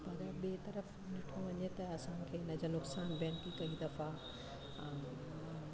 पर ॿे तर्फ़ु ॾिठो वञे त असांखे हिन जा नुक़सान बि आहिनि कि कई दफ़ा